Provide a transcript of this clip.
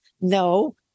no